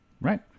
right